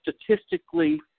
statistically